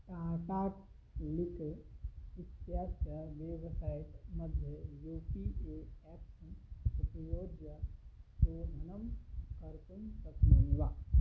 टाटा क्लिङ्क् इत्यस्य वेब्सैट् मध्ये U P A apps उपयुज्य पूर्णं कर्तुं शक्नोमि वा